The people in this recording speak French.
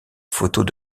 photos